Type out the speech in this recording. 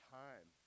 time